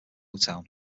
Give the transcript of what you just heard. motown